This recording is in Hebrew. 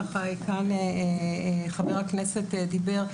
כאן חבר הכנסת דיבר,